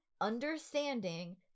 understanding